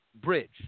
Bridge